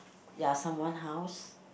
ya someone house